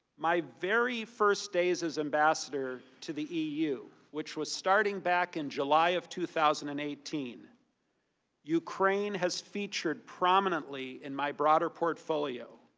my very first days as ambassador to the eu, which was starting back in july of two thousand and eighteen ukraine has featured, prominently in my broader portfolio.